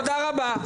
תודה רבה.